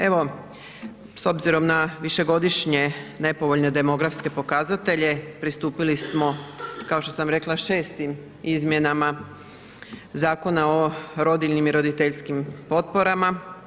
Evo s obzirom na višegodišnje nepovoljne demografske pokazatelje, pristupili smo kao što sam rekla šestim izmjenama Zakona o rodiljnim i roditeljskim potporama.